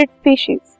species